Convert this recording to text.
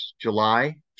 July